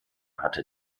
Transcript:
hatte